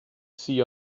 see